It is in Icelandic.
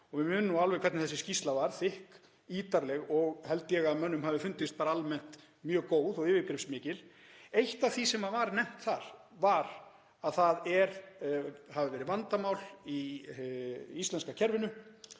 Við munum alveg hvernig þessi skýrsla var, þykk og ítarleg, og held ég að mönnum hafi fundist hún bara almennt mjög góð og yfirgripsmikil. Eitt af því sem var nefnt þar var að það hafi verið vandamál í íslenska kerfinu